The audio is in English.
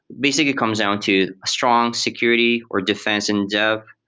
basically, it comes down to strong security or defense in depth,